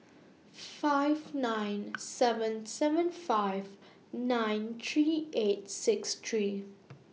five nine seven seven five nine three eight six three